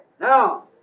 Now